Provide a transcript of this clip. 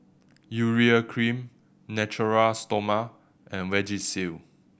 Urea Cream Natura Stoma and Vagisil